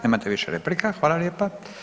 Nemate više replika, hvala lijepa.